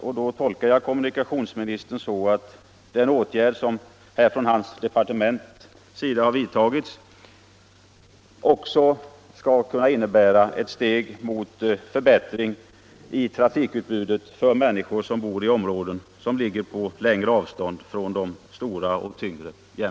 Jag tolkar det så att de åtgärder som vidtagits av kommunikationsdepartementet också kan innebära ett steg mot för